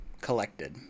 collected